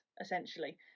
essentially